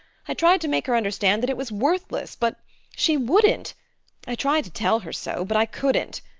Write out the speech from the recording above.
i tried to make her understand that it was worthless but she wouldn't i tried to tell her so but i couldn't.